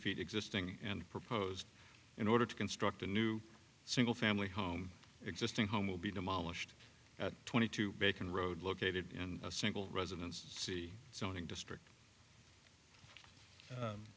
feet existing and proposed in order to construct a new single family home existing home will be demolished at twenty two bacon road located in a single residence see zoning district